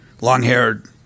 long-haired